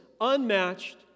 unmatched